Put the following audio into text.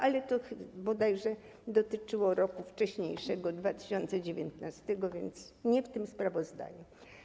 Ale to bodajże dotyczyło roku wcześniejszego, 2019, więc nie w tym sprawozdaniu.